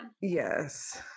yes